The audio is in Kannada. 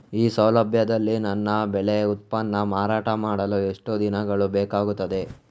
ಈ ಸೌಲಭ್ಯದಲ್ಲಿ ನನ್ನ ಬೆಳೆ ಉತ್ಪನ್ನ ಮಾರಾಟ ಮಾಡಲು ಎಷ್ಟು ದಿನಗಳು ಬೇಕಾಗುತ್ತದೆ?